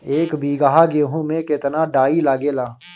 एक बीगहा गेहूं में केतना डाई लागेला?